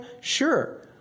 Sure